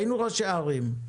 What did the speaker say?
היינו ראשי ערים.